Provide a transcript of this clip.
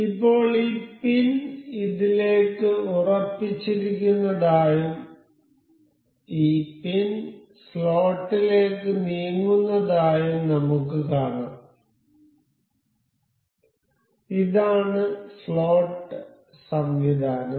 ഇപ്പോൾ ഈ പിൻ ഇതിലേക്ക് ഉറപ്പിച്ചിരിക്കുന്നതായും ഈ പിൻ സ്ലോട്ടിലേക്ക് നീങ്ങുന്നതായും നമുക്ക് കാണാം ഇതാണ് സ്ലോട്ട് സംവിധാനം